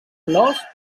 flors